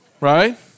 Right